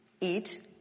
eat